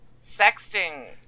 sexting